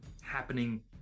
happening